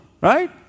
right